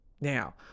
Now